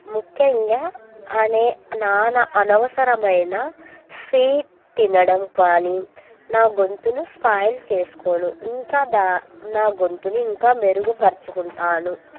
ముఖ్యంగా అనే నానా అనవసరమైన స్వీట్ తినడం కానీ నా గొంతును స్పాయిల్ చేసుకోను ఇంకా నా గొంతుని ఇంకా మెరుగుపరుచుకుంటాను